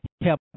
help